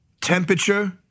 Temperature